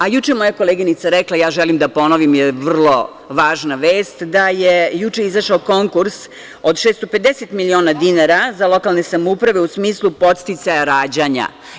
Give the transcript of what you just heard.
Juče je moja koleginica rekla, ja želim da ponovi, jer je vrlo važna vest, da je juče izašao Konkurs od 650 miliona dinara za lokalne samouprave, u smislu podsticaja rađanja.